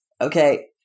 Okay